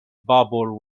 babur